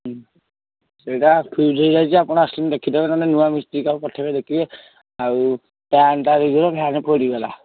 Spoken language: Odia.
ହୁଁ ସେଇଟା ଫ୍ୟୁଜ୍ ହେଇଯାଇଛି ଆପଣ ଆସନ୍ତୁ ଦେଖି ଦିଅନ୍ତୁ ନହେଲେ ନୂଆ ମିସ୍ତ୍ରୀ କାହାକୁ ପଠାଇବେ ଦେଖିବେ ଆଉ ଫ୍ୟାନ୍ଟା ଦେଇଥିଲ ଫ୍ୟାନ୍ ପୋଡ଼ିଗଲା